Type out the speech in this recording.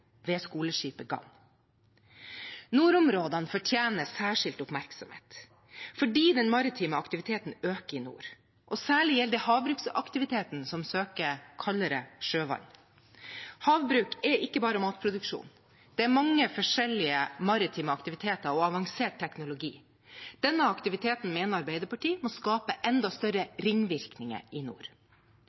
ved skoleskipet Gann. Nordområdene fortjener særskilt oppmerksomhet fordi den maritime aktiviteten øker i nord. Særlig gjelder det havbruksaktivitetene, som søker kaldere sjøvann. Havbruk er ikke bare matproduksjon. Det er mange forskjellige maritime aktiviteter og avansert teknologi. Denne aktiviteten mener Arbeiderpartiet må skape enda større ringvirkninger i nord.